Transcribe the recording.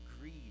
greed